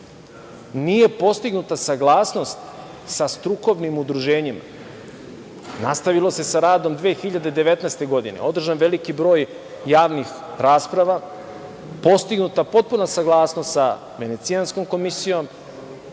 Nije postignuta saglasnost sa strukovnim udruženjima. Nastavilo se sa radom 2019. godine. Održan je veliki broj javnih rasprava, postignuta potpuna saglasnost sa Venecijanskom komisijom,